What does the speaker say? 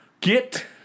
Get